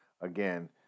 again